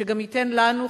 שגם ייתן לנו,